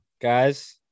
Guys